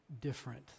different